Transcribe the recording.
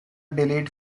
delayed